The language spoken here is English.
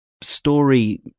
story